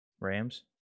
Rams